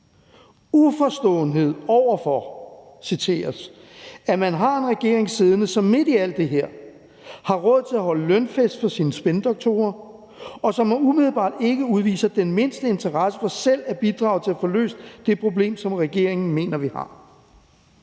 uforstående over at man har en regering siddende som midt i alt det her, har råd til at holde lønfest for sine spindoktorer og som umiddelbart ikke udviser den mindste interesse for selv at bidrage til at få løst det problem som regeringen mener at vi har.«